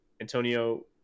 antonio